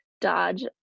dodge